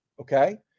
Okay